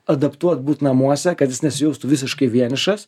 adaptuot būt namuose kad jis nesijaustų visiškai vienišas